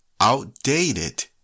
outdated